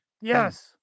Yes